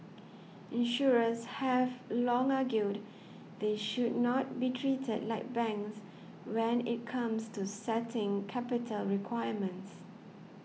insurers have long argued they should not be treated like banks when it comes to setting capital requirements